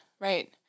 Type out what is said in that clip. Right